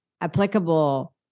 applicable